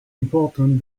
important